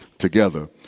Together